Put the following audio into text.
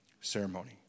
ceremony